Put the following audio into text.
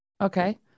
Okay